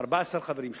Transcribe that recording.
13 חברים,